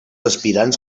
aspirants